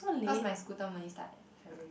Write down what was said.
cause my school term only start at February